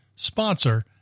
Sponsor